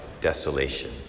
desolation